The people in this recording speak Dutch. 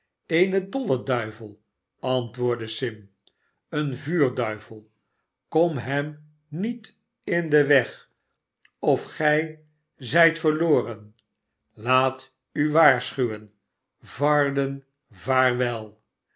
een dolle duivel antwoordde sim seen vuurduivel kom hem niet in den weg of gij zijt verloren laat u waarschuwen varden